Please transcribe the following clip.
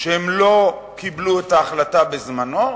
שהם לא קיבלו את ההחלטה בזמנה,